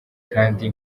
kandi